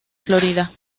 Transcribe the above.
florida